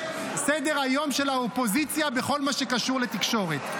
לסדר-היום של האופוזיציה בכל מה שקשור לתקשורת.